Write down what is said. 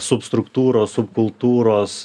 substruktūros subkultūros